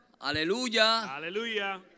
Aleluya